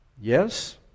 Yes